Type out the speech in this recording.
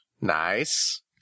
Nice